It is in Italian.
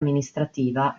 amministrativa